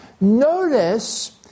Notice